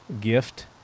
gift